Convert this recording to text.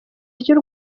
ry’u